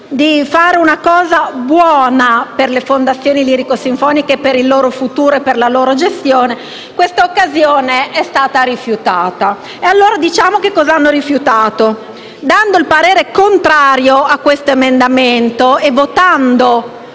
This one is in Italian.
di fare una cosa buona per le fondazione lirico-sinfoniche, per il loro futuro e per la loro gestione, questa occasione è stata rifiutata. Leggiamo, allora, cosa hanno rifiutato. Esprimendo un parere contrario a questo emendamento e votando